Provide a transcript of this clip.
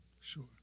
Sure